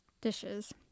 dishes